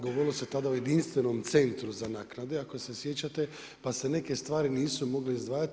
Govorilo se tada o jedinstvenom centru za naknade, ako se sjećate, pa se neke stvari nisu mogli izdvajati.